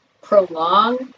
prolong